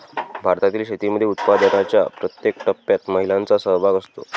भारतातील शेतीमध्ये उत्पादनाच्या प्रत्येक टप्प्यात महिलांचा सहभाग असतो